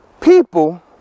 People